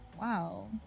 Wow